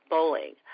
Bowling